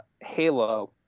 halo